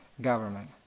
government